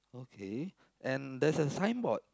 okay and there's a signboard